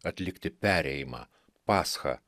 atlikti perėjimą paschą